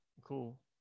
Cool